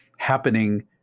Happening